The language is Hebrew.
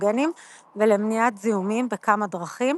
פתוגנים ולמניעת זיהומים בכמה דרכים